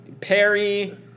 Perry